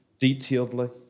detailedly